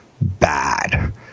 Bad